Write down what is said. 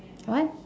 what